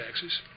taxes